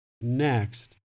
next